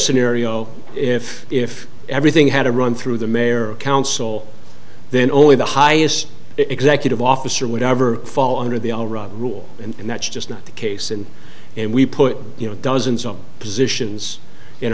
scenario if if everything had to run through the mayor of council then only the highest executive officer would ever fall under the all right rule and that's just not the case in and we put you know dozens of positions in